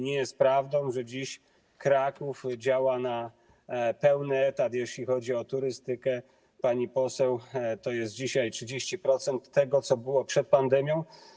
Nie jest prawdą, że dziś Kraków działa na pełny etat, jeśli chodzi o turystykę, pani poseł, to jest dzisiaj 30% tego, co było przed pandemią.